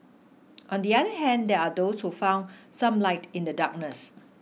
on the other hand there are those who found some light in the darkness